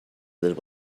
others